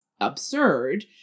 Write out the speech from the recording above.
absurd